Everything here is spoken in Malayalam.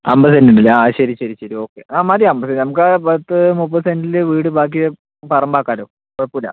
അമ്പതു സെന്റുണ്ടല്ലെ ആ ശരി ശരി ശരി ഓക്കെ ആ മതി അമ്പതു നമുക്ക് പത്തു മുപ്പതു സെൻറില് വീടും ബാക്കി പറമ്പാക്കാമല്ലോ കുഴപ്പമില്ല